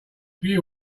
view